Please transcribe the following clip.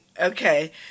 Okay